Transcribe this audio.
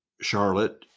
Charlotte